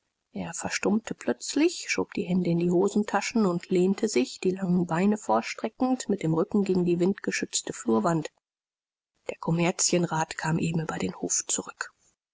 er verstummte plötzlich schob die hände in die hosentaschen und lehnte sich die langen beine vorstreckend mit dem rücken gegen die windgeschützte flurwand der kommerzienrat kam eben über den hof zurück